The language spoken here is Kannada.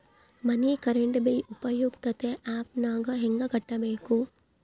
ಮನೆ ಕರೆಂಟ್ ಬಿಲ್ ಉಪಯುಕ್ತತೆ ಆ್ಯಪ್ ನಾಗ ಹೆಂಗ ಕಟ್ಟಬೇಕು?